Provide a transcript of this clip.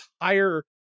entire